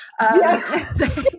Yes